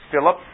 Philip